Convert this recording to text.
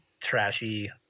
trashy